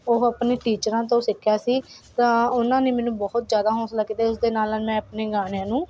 ਉਹ ਆਪਣੇ ਟੀਚਰਾਂ ਤੋਂ ਸਿੱਖਿਆ ਸੀ ਤਾਂ ਉਹਨਾਂ ਨੇ ਮੈਨੂੰ ਬਹੁਤ ਜ਼ਿਆਦਾ ਹੌਂਸਲਾ ਕੀਤਾ ਉਸ ਦੇ ਨਾਲ ਨਾਲ ਮੈਂ ਆਪਣੇ ਗਾਣਿਆਂ ਨੂੰ